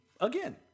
again